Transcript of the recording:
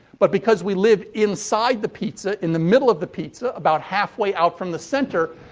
but, because we live inside the pizza, in the middle of the pizza, about halfway out from the center,